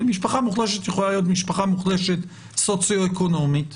משפחה מוחלשת יכולה להיות משפחה מוחלשת סוציו אקונומית,